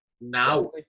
Now